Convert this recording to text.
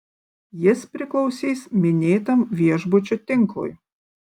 jis priklausys minėtam viešbučių tinklui